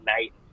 night